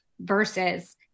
versus